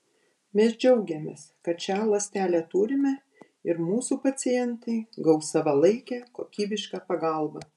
mes džiaugiamės kad šią ląstelę turime ir mūsų pacientai gaus savalaikę kokybišką pagalbą